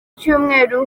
cyumweru